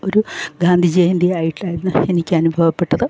ഒരു ഗാന്ധി ജയന്തി ആയിട്ടന്ന് എനിക്ക് അനുഭവപ്പെട്ടത്